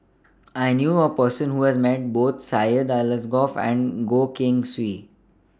I knew A Person Who has Met Both Syed Alsagoff and Goh Keng Swee